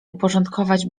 uporządkować